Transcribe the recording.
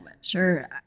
Sure